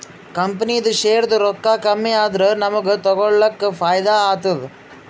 ಕಂಪನಿದು ಶೇರ್ದು ರೊಕ್ಕಾ ಕಮ್ಮಿ ಆದೂರ ನಮುಗ್ಗ ತಗೊಳಕ್ ಫೈದಾ ಆತ್ತುದ